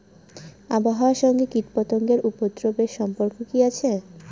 আবহাওয়ার সঙ্গে কীটপতঙ্গের উপদ্রব এর সম্পর্ক কি আছে?